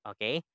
Okay